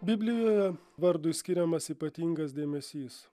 biblijoje vardui skiriamas ypatingas dėmesys